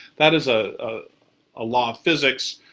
that is a ah ah law of physics